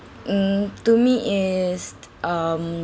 mm to me is um